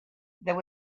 there